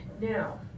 now